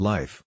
Life